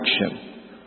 action